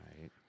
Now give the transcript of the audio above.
Right